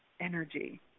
energy